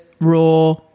raw